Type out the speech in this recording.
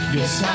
Yes